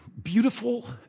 Beautiful